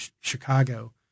Chicago